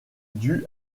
due